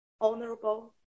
Honorable